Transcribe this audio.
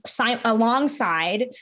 alongside